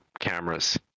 cameras